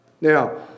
Now